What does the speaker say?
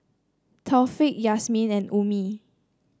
Taufik Yasmin and Ummi